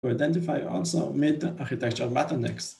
To identify also meant architectural bottle necks